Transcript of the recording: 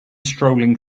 strolling